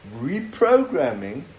reprogramming